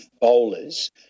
bowlers